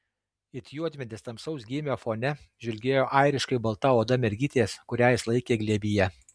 it juodmedis tamsaus gymio fone žvilgėjo airiškai balta oda mergytės kurią jis laikė glėbyje